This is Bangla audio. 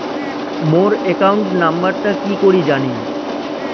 মোর একাউন্ট নাম্বারটা কি করি জানিম?